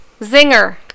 Zinger